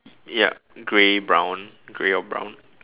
ya grey brown grey or brown